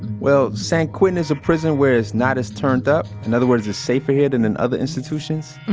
well, san quentin is a prison where it's not as turned up. in other words, it's safer here than in other institutions.